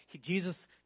Jesus